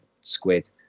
squid